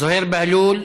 זוהיר בהלול,